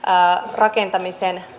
rakentamisen